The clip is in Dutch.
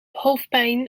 hoofdpijn